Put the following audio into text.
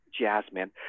Jasmine